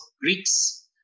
Greeks